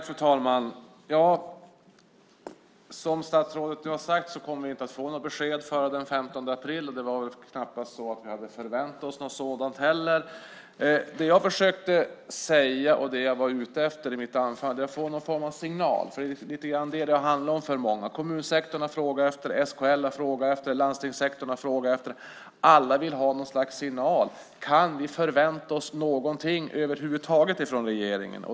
Fru talman! Som statsrådet nu har sagt kommer vi inte att få något besked före den 15 april. Vi hade knappast förväntat oss något sådant heller. Det jag försökte säga och det jag var ute efter i mitt anförande handlade om att få någon form av signal. Det är nämligen lite grann det som det har handlat om för många. Kommunsektorn har frågat efter det. SKL har frågat efter det. Landstingssektorn har frågat efter det. Alla vill ha något slags signal. Kan vi förvänta oss någonting över huvud taget från regeringen?